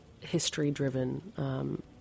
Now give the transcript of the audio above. history-driven